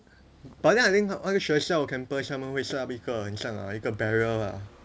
but then I think 那个学校 campus 他们会 set up 一个很像一个 barrier ah